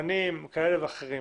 מסוכנים כאלה ואחרים.